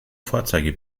vorzeige